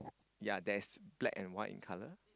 ya there is black and white in colour